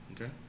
Okay